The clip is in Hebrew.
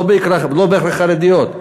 לא בהכרח חרדיות,